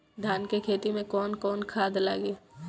धान के खेती में कवन कवन खाद लागी?